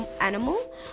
animal